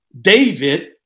David